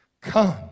come